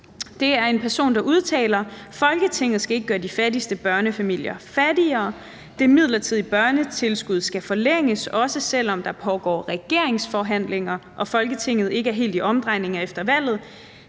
Det er en person, der udtaler: Folketinget skal ikke gøre de fattigste børnefamilier fattigere. Det midlertidige børnetilskud skal forlænges, også selv om der pågår regeringsforhandlinger og Folketinget ikke er helt i omdrejninger efter valget.